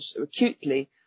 acutely